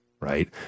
right